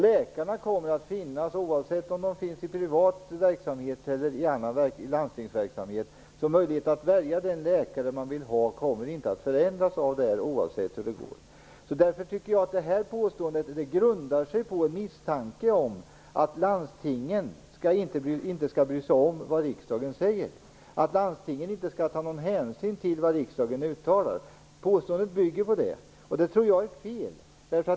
Läkarna kommer att finnas oavsett om de är i privat verksamhet eller i landstingsverksamhet, så möjligheten att välja den läkare man vill ha kommer inte att förändras oavsett hur det går. Därför tycker jag att påståendet grundar sig på en misstanke om att landstingen inte kommer att bry sig om vad riksdagen säger. Påståendet bygger på att landstingen inte kommer att ta någon hänsyn till vad riksdagen uttalar, och det tror jag är fel.